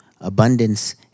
abundance